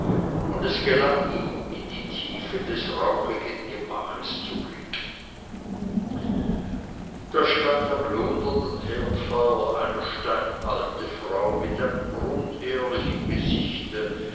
und es gelang ihm in die tiefe des rauchigen gemaches zu blicken da stand am lodernden herdfeuer eine steinalte frau mit einem grundehrlichen gesichte